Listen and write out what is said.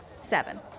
seven